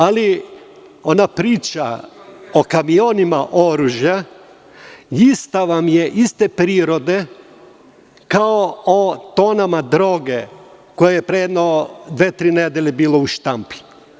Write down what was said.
Ali, ona priča o kamionima oružja ista vam je, iste prirode kao o tonama droge koja je pre jedno dve, tri nedelje bila u štampi.